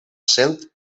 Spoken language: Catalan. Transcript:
sent